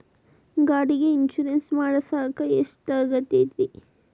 ಗಾಡಿಗೆ ಇನ್ಶೂರೆನ್ಸ್ ಮಾಡಸಾಕ ಎಷ್ಟಾಗತೈತ್ರಿ?